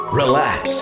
relax